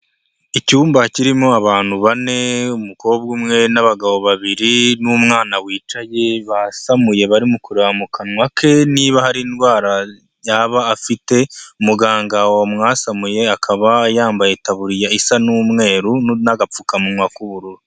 Icyumba kirimo abantu bane, umukobwa umwe n'abagabo babiri n'umwana wicaye, basamuye bari kureba mu kanwa ke niba hari indwara yaba afite, umuganga wamwasamuye akaba yambaye itabuririya isa n'umweru n'agapfukamunwa k'ubururu.